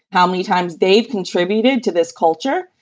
how many times they've contributed to this culture?